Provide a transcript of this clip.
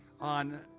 on